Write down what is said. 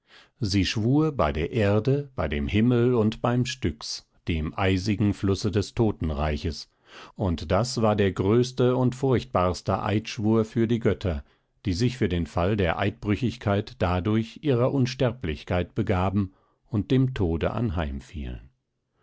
sie schwur bei der erde bei dem himmel und beim styx dem eisigen flusse des totenreiches und das war der größte und furchtbarste eidschwur für die götter die sich für den fall der eidbrüchigkeit dadurch ihrer unsterblichkeit begaben und dem tode